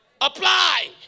apply